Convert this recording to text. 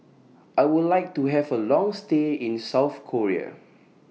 I Would like to Have A Long stay in South Korea